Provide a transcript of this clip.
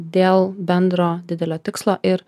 dėl bendro didelio tikslo ir